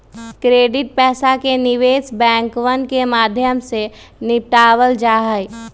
credit पैसा के निवेश बैंकवन के माध्यम से निपटावल जाहई